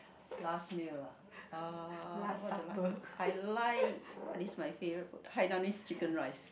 last meal ah what do I like I like what is my favourite food Hainanese Chicken Rice